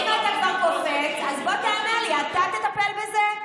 אם אתה כבר קופץ, אז בוא תענה לי: אתה תטפל בזה?